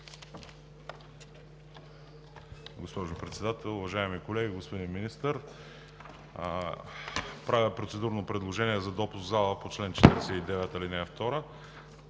Госпожо Председател, уважаеми колеги, господин Министър! Правя процедурно предложение за допуск в залата по чл. 49, ал. 2